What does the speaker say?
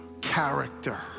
character